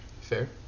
Fair